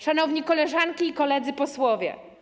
Szanowni Koleżanki i Koledzy Posłowie!